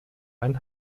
ein